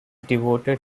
devoted